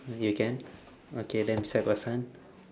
mm you can okay then beside got sun